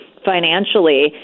Financially